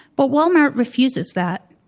but walmart refuses that.